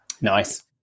Nice